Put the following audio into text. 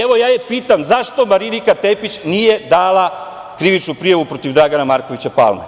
Evo, ja pitam - zašto Marinika Tepić nije dala krivičnu prijavu protiv Dragana Markovića Palme?